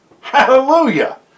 Hallelujah